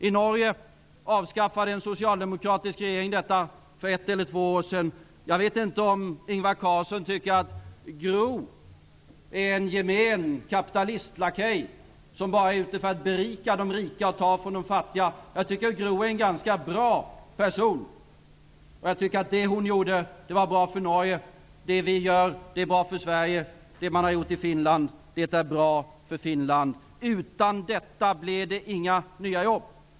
I Norge avskaffades den av en socialdemokratisk regering för ett eller två år sedan. Jag vet inte om Ingvar Carlsson tycker att Gro är en gemen kapitalistlakej, som bara är ute efter att berika de rika och ta från de fattiga. Jag tycker att Gro är en ganska bra person, och det hon gjorde var bra för Norge. Det vi gör är bra för Sverige. Det man har gjort i Finland är bra för Finland. Utan detta blir det inga nya jobb.